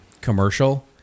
commercial